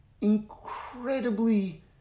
incredibly